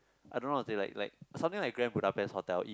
I don't know how to say like like something like Grand Budapest Hotel it